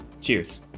Cheers